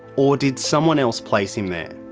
or did someone else place him there?